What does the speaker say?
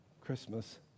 Christmas